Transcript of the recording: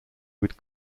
would